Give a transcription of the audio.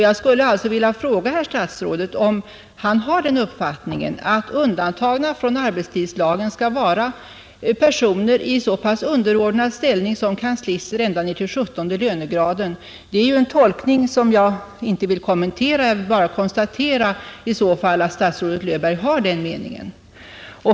Jag skulle vilja fråga herr statsrådet om han har den uppfattningen att personer i så pass underordnad ställning som kanslister ända ned till 17 lönegraden skall vara undantagna från tillämpningen av lagen. Det är en tolkning som jag i så fall inte vill kommentera; jag vill då bara konstatera att statsrådet Löfberg har den meningen.